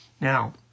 Now